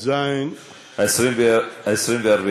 התשע"ז 2017. חבר הכנסת פורר.